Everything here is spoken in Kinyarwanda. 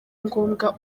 ngombwa